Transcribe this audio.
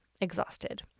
exhausted